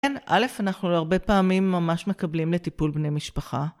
כן, א' אנחנו הרבה פעמים ממש מקבלים לטיפול בני משפחה.